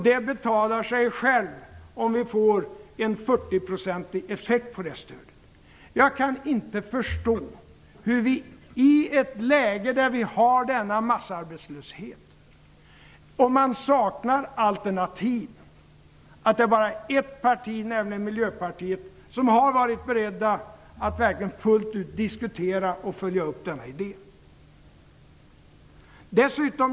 Det betalar sig självt om vi får en 40 procentig effekt på detta stöd. I ett läge med massarbetslöshet och där man saknar alternativ kan jag inte förstå att det bara är ett parti, nämligen Miljöpartiet, som har varit berett att verkligen fullt ut diskutera och följa upp denna idé.